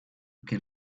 can